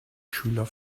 schüler